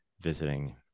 visiting